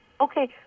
okay